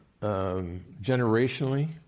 generationally